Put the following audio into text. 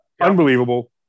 Unbelievable